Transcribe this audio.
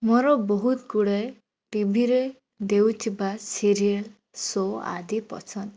ମୋର ବହୁତ ଗୁଡ଼େ ଟିଭିରେ ଦେଉଥିବା ସିରିଏଲ୍ ଶୋ ଆଦି ପସନ୍ଦ